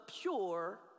pure